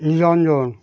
নিরঞ্জন